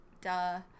Duh